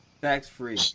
Tax-free